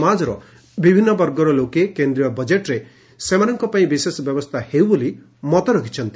ସମାଜର ବିଭିନ୍ ବର୍ଗର ଲୋକେ କେନ୍ଦ୍ରୀୟ ବଜେଟ୍ରେ ସେମାନଙ୍କ ପାଇଁ ବିଶେଷ ବ୍ୟବସ୍କା ହେଉ ବୋଲି ମତ ରଖିଛନ୍ତି